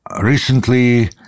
Recently